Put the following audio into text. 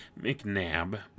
McNab